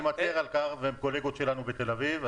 אני מצר על כך, הם קולגות שלנו בתל אביב.